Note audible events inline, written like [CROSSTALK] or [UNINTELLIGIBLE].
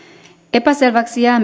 epäselväksi jää [UNINTELLIGIBLE]